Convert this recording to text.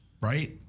Right